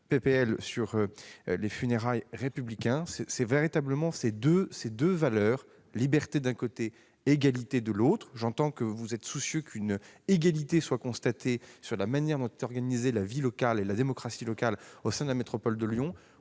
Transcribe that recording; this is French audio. des funérailles républicaines, un débat sur ces deux valeurs : liberté d'un côté, égalité de l'autre. J'entends que vous êtes soucieux qu'une égalité soit constatée sur la manière dont sont organisées la vie locale et la démocratie au sein de la métropole de Lyon.